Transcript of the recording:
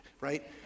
right